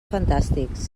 fantàstics